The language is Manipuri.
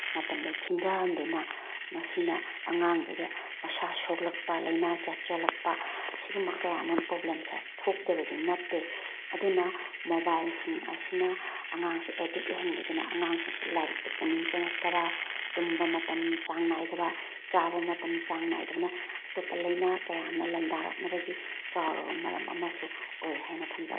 ꯃꯇꯝꯗꯣ ꯊꯤꯟꯊꯍꯟꯗꯨꯅ ꯃꯁꯤꯅ ꯑꯉꯥꯡꯗꯨꯗ ꯃꯁꯥ ꯁꯣꯛꯂꯛꯄ ꯂꯥꯏꯅꯥ ꯀꯌꯥ ꯆꯦꯜꯂꯛꯄ ꯑꯁꯤꯒꯨꯝꯕ ꯀꯌꯥ ꯑꯃ ꯄ꯭ꯔꯣꯕ꯭ꯂꯦꯝꯁꯦ ꯊꯣꯛꯇꯕꯗꯤ ꯅꯠꯇꯦ ꯑꯗꯨꯅ ꯃꯣꯕꯥꯏꯜꯁꯤꯡ ꯑꯁꯤꯅ ꯑꯉꯥꯡꯁꯦ ꯑꯦꯗꯤꯛ ꯑꯣꯏꯍꯟꯈꯤꯗꯨꯅ ꯑꯉꯥꯡꯁꯤꯡꯁꯦ ꯂꯥꯏꯔꯤꯛꯇ ꯄꯨꯛꯅꯤꯡ ꯆꯪꯉꯛꯇꯕ ꯇꯨꯝꯕ ꯃꯇꯝ ꯆꯥꯡ ꯅꯥꯏꯗꯕ ꯆꯥꯕ ꯃꯇꯝ ꯆꯥꯡ ꯅꯥꯏꯗꯕꯅ ꯑꯇꯣꯞꯄ ꯂꯥꯏꯅꯥ ꯀꯌꯥ ꯑꯃꯅ ꯂꯥꯟꯗꯥꯔꯛꯅꯕꯒꯤ ꯆꯥꯎꯔꯕ ꯃꯔꯝ ꯑꯃꯁꯨ ꯑꯣꯏ ꯍꯥꯏꯅ ꯊꯝꯖꯒꯦ